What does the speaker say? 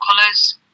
colours